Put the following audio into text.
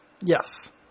Yes